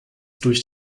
durch